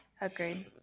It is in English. Agreed